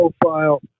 profile